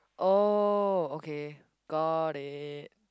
oh okay got it